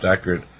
accurate